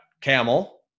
camel